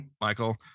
Michael